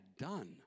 done